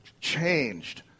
changed